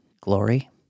glory